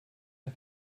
der